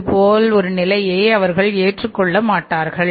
இது போல் ஒரு நிலையை அவர்கள் ஏற்றுக்கொள்ள மாட்டார்கள்